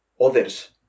others